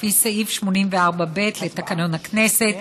לפי סעיף 84(ב) לתקנון הכנסת,